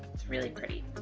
it's really pretty.